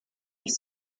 ich